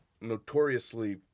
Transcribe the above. notoriously